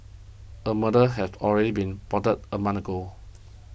a murder had already been plotted a month ago